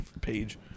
page